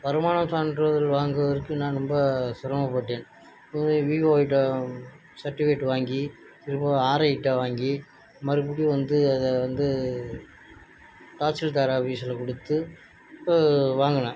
வருமானம் சான்றிதழ் வாங்குவதற்கு நான் ரொம்ப சிரமப்பட்டேன் இது விஓஏகிட்ட சர்ட்டிவிகேட் வாங்கி திரும்பவும் ஆர்ஐகிட்ட வாங்கி மறுபடியும் வந்து அதை வந்து தாசில்தார் ஆஃபீஸில் கொடுத்து இப்போ வாங்கினேன்